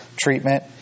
treatment